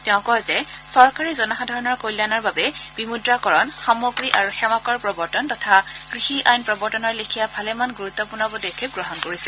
তেওঁ কয় যে চৰকাৰে জনসাধাৰণৰ কল্যাণৰ হকে বিমূদ্ৰাকৰণ সামগ্ৰী আৰু সেৱাকৰ প্ৰৱৰ্তন তথা কৃষি আইন প্ৰৱৰ্তনৰ লেখীয়া ভালেমান গুৰুত্পূৰ্ণ পদক্ষেপ গ্ৰহণ কৰিছে